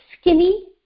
skinny